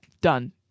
Done